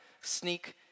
sneak